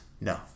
No